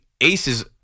aces